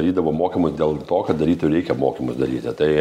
darydavo mokymus dėl to kad darytų reikia mokymus daryti tai